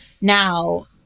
now